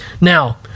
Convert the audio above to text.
Now